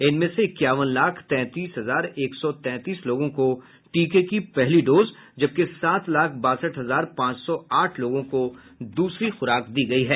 इनमें से इक्यावन लाख तैंतीस हजार एक सौ तैंतीस लोगों को टीके की पहली डोज जबकि सात लाख बासठ हजार पांच सौ आठ लोगों को दूसरी खुराक दी गयी है